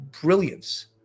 brilliance